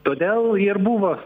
todėl ir buvo